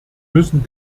müssen